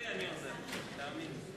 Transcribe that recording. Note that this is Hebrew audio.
אני עוזר לו, תאמין לי.